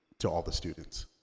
to all the students.